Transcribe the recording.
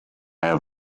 have